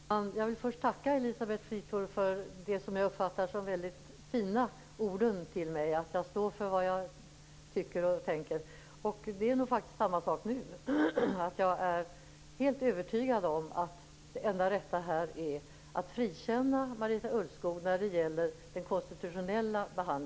Fru talman! Jag vill först tacka Elisabeth Fleetwood för de som jag uppfattar som mycket fina orden till mig, att jag står för vad jag tycker och tänker. Det är nog faktiskt på samma sätt nu att jag är helt övertygad om att det enda rätta här är att frikänna Marita Ulvskog när det gäller den konstitutionella frågan.